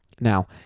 Now